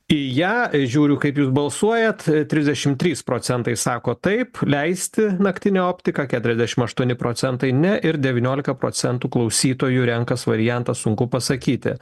į ją žiūriu kaip jūs balsuojat trisdešimt trys procentai sako taip leisti naktinę optiką keturiasdešimt aštuoni procentai ne ir devyniolika procentų klausytojų renkas variantą sunku pasakyti